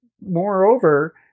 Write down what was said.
moreover